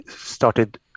started